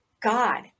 God